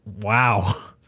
wow